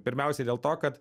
pirmiausiai dėl to kad